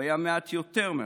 הוא היה מעט יותר מהצברים,